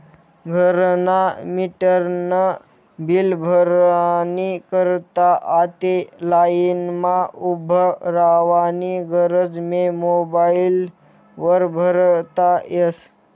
घरना मीटरनं बील भरानी करता आते लाईनमा उभं रावानी गरज नै मोबाईल वर भरता यस